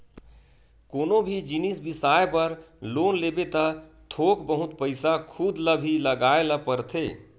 कोनो भी जिनिस बिसाए बर लोन लेबे त थोक बहुत पइसा खुद ल भी लगाए ल परथे